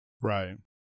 Right